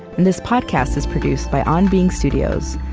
and this podcast is produced by on being studios,